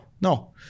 no